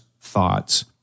thoughts